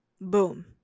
Boom